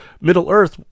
Middle-earth